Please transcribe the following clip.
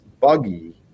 buggy